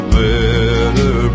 better